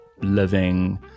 living